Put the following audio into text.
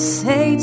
say